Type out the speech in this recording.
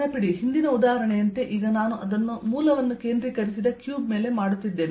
ನೆನಪಿಡಿ ಹಿಂದಿನ ಉದಾಹರಣೆಯಂತೆ ಈಗ ನಾನು ಅದನ್ನು ಮೂಲವನ್ನು ಕೇಂದ್ರೀಕರಿಸಿದ ಕ್ಯೂಬ್ ಮೇಲೆ ಮಾಡುತ್ತಿದ್ದೇನೆ